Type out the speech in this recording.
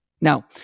now